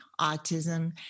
autism